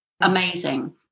Amazing